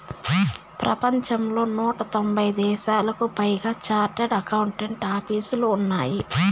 ప్రపంచంలో నూట తొంభై దేశాలకు పైగా చార్టెడ్ అకౌంట్ ఆపీసులు ఉన్నాయి